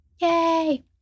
Yay